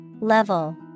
Level